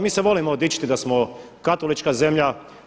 Mi se volimo dičiti da smo katolička zemlja.